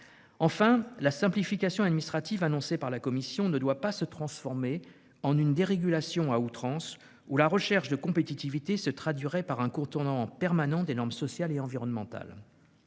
Enfin, la simplification administrative annoncée par la Commission ne doit pas se transformer en une dérégulation à outrance, où la recherche de compétitivité se traduirait par un contournement permanent des normes sociales et environnementales.